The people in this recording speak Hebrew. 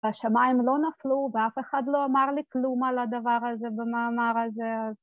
השמיים לא נפלו ואף אחד לא אמר לי כלום על הדבר הזה במאמר הזה, אז...